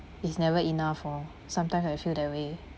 is never enough for sometimes I feel that way